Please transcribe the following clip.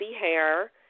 hair